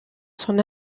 son